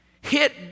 hit